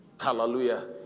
Hallelujah